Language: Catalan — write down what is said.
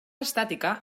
estàtica